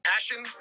Passion